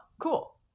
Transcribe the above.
cool